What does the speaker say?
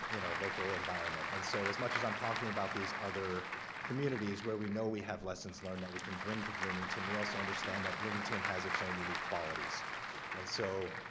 you know local environment and so as much as i'm talking about these other communities where we know we have lessons learned that we can bring to bloomington we also understand that bloomington has its own unique qualities and so,